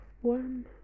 one